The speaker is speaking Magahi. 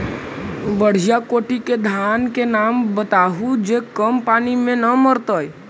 बढ़िया कोटि के धान के नाम बताहु जो कम पानी में न मरतइ?